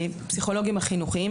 הפסיכולוגיים החינוכיים.